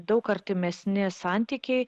daug artimesni santykiai